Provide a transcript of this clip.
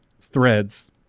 threads